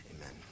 Amen